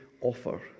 offer